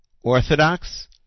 Orthodox